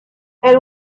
elle